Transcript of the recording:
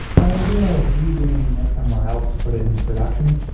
the idea of redoing it somewhere else to put into production,